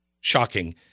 shocking